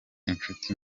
inshuti